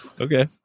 Okay